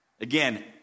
Again